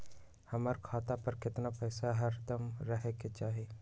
हमरा खाता पर केतना पैसा हरदम रहे के चाहि?